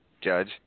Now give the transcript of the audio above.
Judge